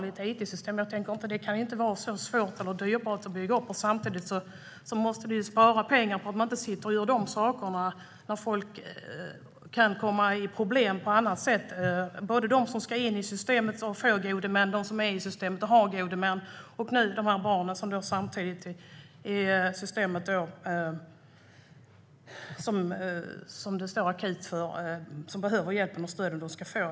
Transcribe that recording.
Det kan inte vara så svårt eller dyrbart att bygga. Samtidigt måste det spara pengar med tanke på att folk kan få problem på annat sätt. Det gäller dem som ska in i systemet och få gode män, dem som är i systemet och har gode män och de barn som är i akut behov av gode män.